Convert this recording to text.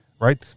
right